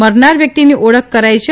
મરનાર વ્યક્તિની ઓળખ કરાઇ છે